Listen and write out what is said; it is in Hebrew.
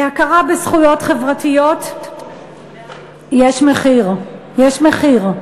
להכרה בזכויות חברתיות יש מחיר, יש מחיר,